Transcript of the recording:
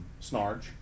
snarge